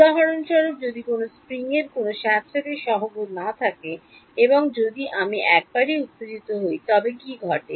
উদাহরণস্বরূপ যদি কোনও বসন্তের কোনও স্যাঁতসেঁতে সহগ থাকে না এবং যদি আমি একবার উত্তেজিত হই তবে কী ঘটে